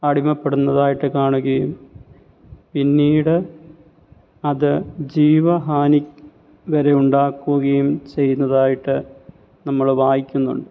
അടിമപ്പെടുന്നതായിട്ടു കാണുകയും പിന്നീട് അതു ജീവഹാനി വരെ ഉണ്ടാക്കുകയും ചെയ്തതായിട്ട് നമ്മള് വായിക്കുന്നുണ്ട്